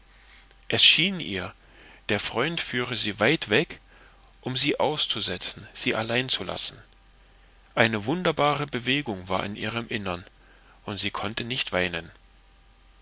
es schien ihr der freund führe sie weit weg um sie auszusetzen sie allein zu lassen eine wunderbare bewegung war in ihrem innern und sie konnte nicht weinen